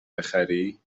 بخری